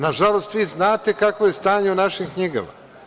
Nažalost, vi znate kakvo je stanje u našim knjigama.